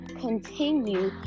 continue